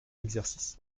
exercice